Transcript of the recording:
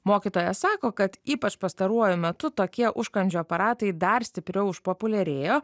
mokytojas sako kad ypač pastaruoju metu tokie užkandžių aparatai dar stipriau išpopuliarėjo